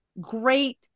great